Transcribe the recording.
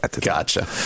Gotcha